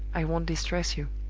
i won't distress you.